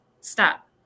Stop